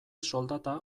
soldata